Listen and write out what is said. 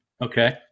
okay